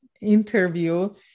interview